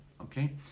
Okay